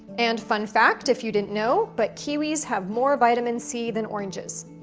and, fun fact if you didn't know, but kiwis have more vitamin c than oranges.